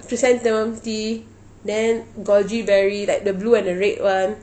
chrysanthemum tea then goji berry like the blue and the red [one]